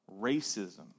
racism